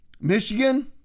michigan